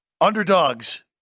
underdogs